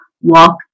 walk